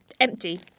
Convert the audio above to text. empty